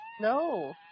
No